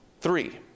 Three